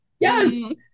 Yes